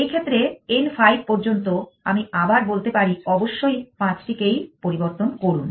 এই ক্ষেত্রে n 5 পর্যন্ত আমি আবার বলতে পারি অবশ্যই ৫টিকেই পরিবর্তন করুন